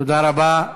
תודה רבה,